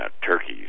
Turkey's